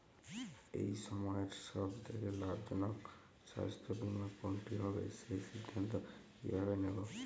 এই সময়ের সব থেকে লাভজনক স্বাস্থ্য বীমা কোনটি হবে সেই সিদ্ধান্ত কীভাবে নেব?